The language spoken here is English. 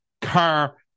car